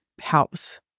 helps